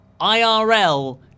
IRL